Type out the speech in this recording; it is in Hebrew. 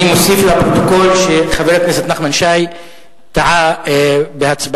אני מוסיף לפרוטוקול שחבר הכנסת נחמן שי טעה בהצבעה.